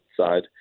side